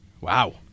Wow